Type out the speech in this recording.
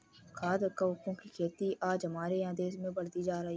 खाद्य कवकों की खेती आज हमारे देश में बढ़ती जा रही है